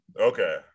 okay